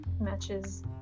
matches